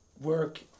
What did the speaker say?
work